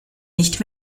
nicht